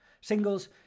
singles